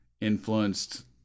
influenced